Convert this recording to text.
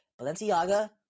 Balenciaga